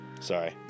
Sorry